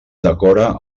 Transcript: decora